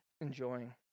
enjoying